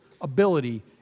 ability